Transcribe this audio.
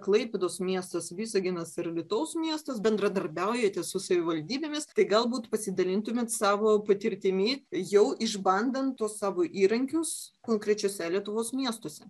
klaipėdos miestas visaginas ir alytaus miestas bendradarbiaujate su savivaldybėmis tai galbūt pasidalintumėt savo patirtimi jau išbandant tuos savo įrankius konkrečiose lietuvos miestuose